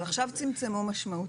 עכשיו צמצמו משמעותית.